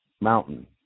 mountain